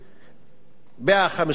ב-153 יישובים,